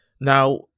now